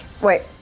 Wait